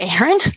Aaron